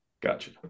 Gotcha